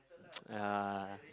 ah